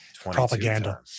Propaganda